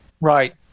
right